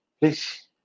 Please